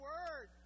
Word